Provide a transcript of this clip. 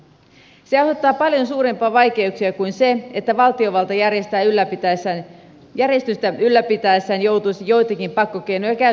se aiheuttaa paljon suurempia vaikeuksia kuin se että valtiovalta järjestystä ylläpitäessään joutuisi joitakin pakkokeinoja käyttämään